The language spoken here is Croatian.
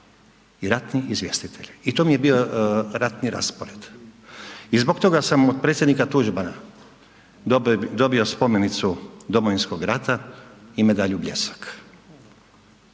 i ratni izvjestitelj i to mi je bio ratni raspored. I zbog toga sam od predsjednika Tuđmana dobio Spomenicu Domovinskog rata i medalju Bljesak.